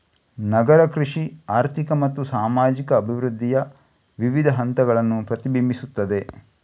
ನಗರ ಕೃಷಿ ಆರ್ಥಿಕ ಮತ್ತು ಸಾಮಾಜಿಕ ಅಭಿವೃದ್ಧಿಯ ವಿವಿಧ ಹಂತಗಳನ್ನು ಪ್ರತಿಬಿಂಬಿಸುತ್ತದೆ